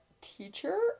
teacher